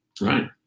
Right